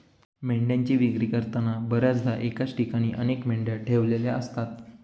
मेंढ्यांची विक्री करताना बर्याचदा एकाच ठिकाणी अनेक मेंढ्या ठेवलेल्या असतात